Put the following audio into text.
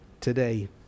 today